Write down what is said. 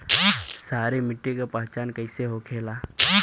सारी मिट्टी का पहचान कैसे होखेला?